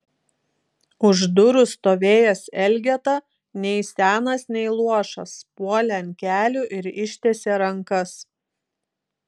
už durų stovėjęs elgeta nei senas nei luošas puolė ant kelių ir ištiesė rankas